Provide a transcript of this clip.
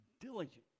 diligent